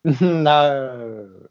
No